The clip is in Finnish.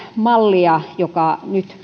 mallia joka nyt